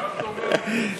בשעה טובה.